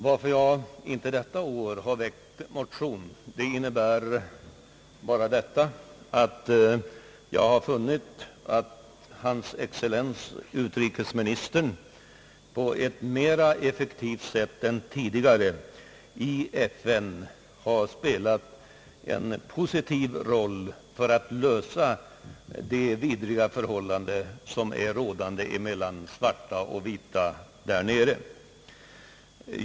Jag har i år inte väckt någon motion i denna fråga, eftersom jag funnit att hans excellens. utrikesministern effektivare än tidigare i FN har spelat en positiv roll för att söka påverka de vidriga förhållanden som i Sydafrika råder mellan svarta och vita.